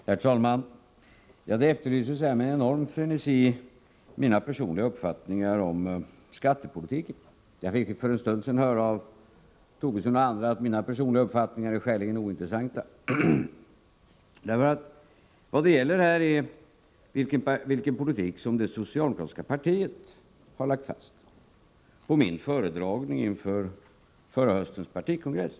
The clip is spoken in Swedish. Herr talman! Med enorm frenesi efterlyses här mina personliga uppfattningar om skattepolitiken. Men jag fick för en stund sedan höra av Lars Tobisson och andra att mina personliga uppfattningar är skäligen ointressanta. Vad det gäller är vilken politik som det socialdemokratiska partiet har lagt fast och min föredragning inför förra höstens partikongress.